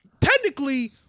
Technically